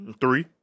three